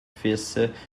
fils